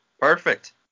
Perfect